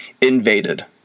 invaded